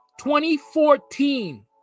2014